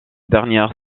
dernière